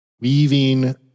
weaving